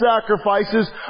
sacrifices